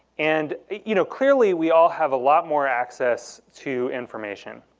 and you know clearly we all have a lot more access to information.